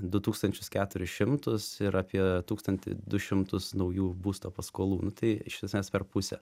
du tūkstančius keturis šimtus ir apie tūkstantį du šimtus naujų būsto paskolų nu tai iš esmės per pusę